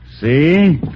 See